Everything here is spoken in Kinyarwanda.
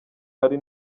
ari